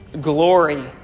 glory